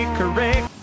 correct